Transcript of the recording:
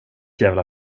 jävla